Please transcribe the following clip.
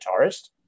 guitarist